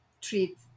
treat